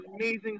amazing